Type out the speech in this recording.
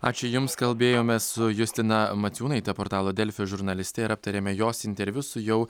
ačiū jums kalbėjomės su justina maciūnaite portalo delfi žurnaliste ir aptarėme jos interviu su jau